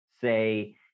say